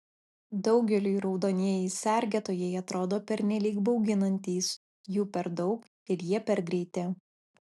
daugeliui raudonieji sergėtojai atrodo pernelyg bauginantys jų per daug ir jie per greiti